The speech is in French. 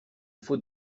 fautes